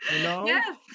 Yes